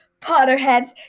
Potterheads